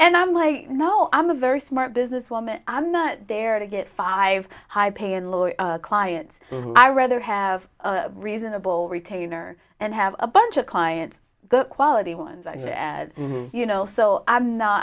and i'm like no i'm a very smart business woman i'm not there to get five high pay and low clients i rather have a reasonable retainer and have a bunch of clients good quality ones i mean as you know so i'm not